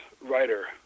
writer